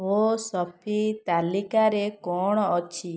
ମୋ ସଫି ତାଲିକାରେ କଣ ଅଛି